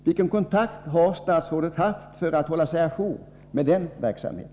Vilken kontakt har statsrådet haft för att hålla sig å jour med denna verksamhet?